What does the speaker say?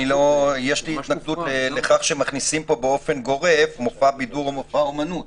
יש לי התנגדות לכך שמכניסים לכאן באופן גורף מופע בידור ומופע אומנות.